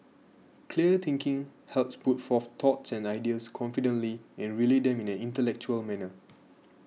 clear thinking helps put forth thoughts and ideas confidently and relay them in an intellectual manner